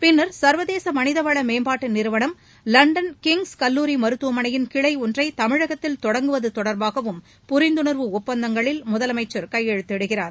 பின்னர் சர்வதேச மனிதவள மேம்பாட்டு நிறுவனம் லண்டன் கிங்ஸ் கல்லூரி மருத்துவமனையின் கிளை தமிழகத்தில் தொடங்குவது தொடர்பாகவும் புரிந்துணர்வு ஒப்பந்தங்களில் ஒன்றை முதலமைச்சர் கையெழுத்திடுகிறார்